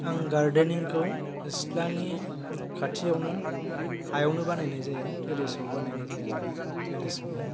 आं गार्डेनिंखौ सिथ्लानि खाथियावनो हायावनो बानायनाय जायो टेरेसाव बानायनाय जाया जाहा टेरेस गैया